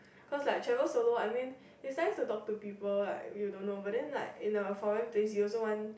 cause like travel solo I mean it's nice to talk to people like you don't know but then like in a foreign place you also want